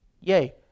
Yay